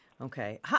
Okay